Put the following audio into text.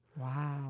Wow